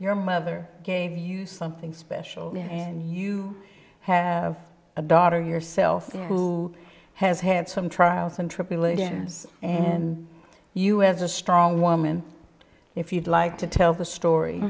your mother gave you something special and you have a daughter yourself who has had some trials and tribulations and you as a strong woman if you'd like to tell the story